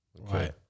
Right